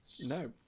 No